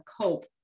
cope